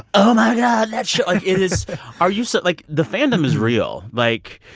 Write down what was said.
oh, my god, that show. like, it is are you so like, the fandom is real. like,